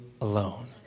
alone